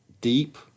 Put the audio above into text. deep